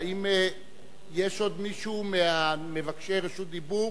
האם יש עוד מישהו ממבקשי רשות דיבור,